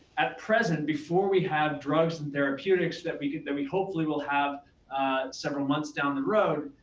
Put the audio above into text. at present, before we have drugs and therapeutics that we that we hopefully will have several months down the road,